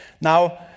Now